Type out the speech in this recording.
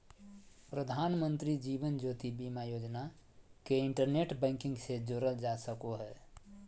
प्रधानमंत्री जीवन ज्योति बीमा योजना के internet banking से जोड़ल जा सको हय